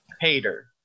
hater